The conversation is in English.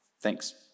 Thanks